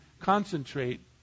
concentrate